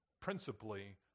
principally